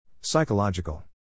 Psychological